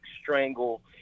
strangle –